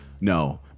no